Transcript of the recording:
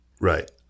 Right